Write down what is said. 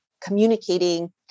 communicating